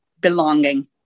belonging